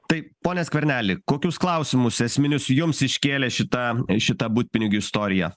tai pone skverneli kokius klausimus esminius jums iškėlė šita šita butpinigių istorija